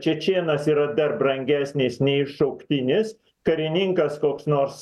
čečėnas yra dar brangesnis nei šauktinis karininkas koks nors